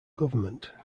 government